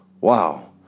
Wow